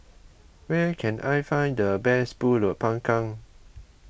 where can I find the best Pulut Panggang